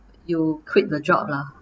you quit the job lah